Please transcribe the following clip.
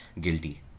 guilty